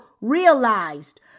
realized